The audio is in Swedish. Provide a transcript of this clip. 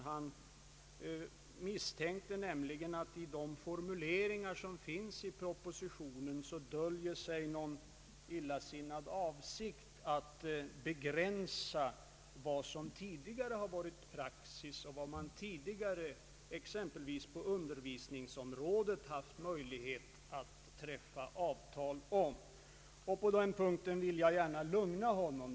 Han misstänkte nämligen att i de formuleringar som finns i propositionen döljer sig en illasinnad avsikt att begränsa vad som tidigare varit praxis och vad man, exempelvis på undervisningsområdet, haft möjlighet att träffa avtal om. På denna punkt vill jag gärna lugna honom.